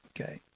Okay